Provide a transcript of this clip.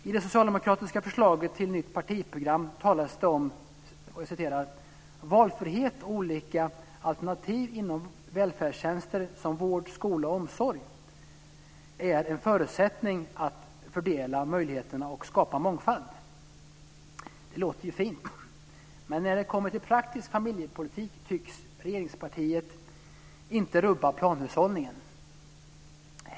I det socialdemokratiska förslaget till nytt partiprogram talas det om att valfrihet och olika alternativ inom välfärdstjänster som vård, skola och omsorg är en förutsättning att fördela möjligheterna och skapa mångfald. Det låter ju fint, men när det kommer till praktisk familjepolitik tycks regeringspartiet inte rubba planhushållningen.